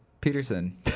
Peterson